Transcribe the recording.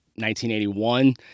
1981